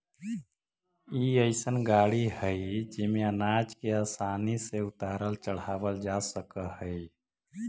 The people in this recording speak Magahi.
ई अइसन गाड़ी हई जेमे अनाज के आसानी से उतारल चढ़ावल जा सकऽ हई